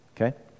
okay